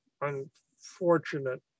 unfortunate